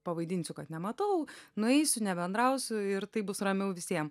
pavaidinsiu kad nematau nueisiu nebendrausiu ir taip bus ramiau visiem